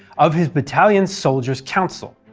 of his battalion's soldier's council.